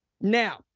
Now